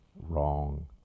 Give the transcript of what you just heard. wrong